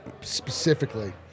specifically